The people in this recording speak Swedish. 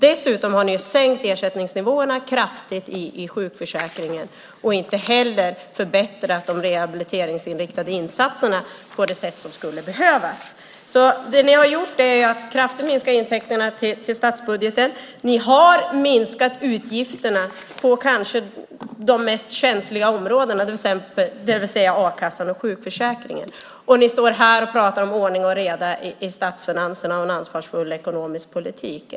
Dessutom har ni sänkt ersättningsnivåerna kraftigt i sjukförsäkringen och inte heller förbättrat de rehabiliteringsinriktade insatserna på det sätt som skulle behövas. Det ni har gjort är alltså att kraftigt minska intäkterna till statsbudgeten, ni har minskat utgifterna på de kanske mest känsliga områdena, det vill säga a-kassan och sjukförsäkringen och ni står här och pratar om ordning och reda i statsfinanserna och en ansvarsfull ekonomisk politik.